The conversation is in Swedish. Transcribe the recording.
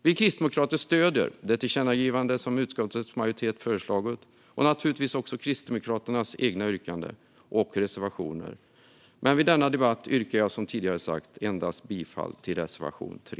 Vi kristdemokrater stöder det tillkännagivande som utskottets majoritet har föreslagit och naturligtvis också Kristdemokraternas yrkande och reservationer, men i denna debatt yrkar jag som jag tidigare sagt bifall endast till reservation 3.